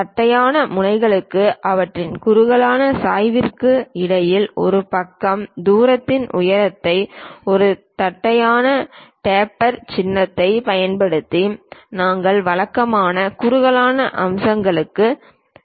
தட்டையான முனைகளுக்கும் அவற்றின் குறுகலான சாய்விற்கும் இடையில் ஒரு பக்க தூரத்தின் உயரத்தை ஒரு தட்டையான டேப்பர் சின்னத்தைப் பயன்படுத்தி நாங்கள் வழக்கமாக குறுகலான அம்சங்களுக்குச் செல்கிறோம்